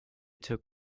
took